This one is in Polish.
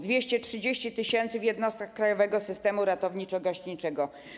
230 tys. w jednostkach krajowego systemu ratowniczo-gaśniczego.